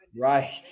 right